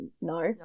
no